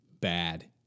bad